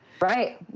Right